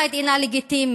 האפרטהייד אינה לגיטימית.